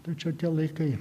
tai čia tie laikai